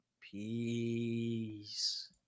Peace